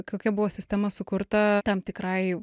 kokia buvo sistema sukurta tam tikrai